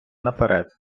наперед